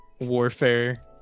warfare